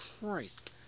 Christ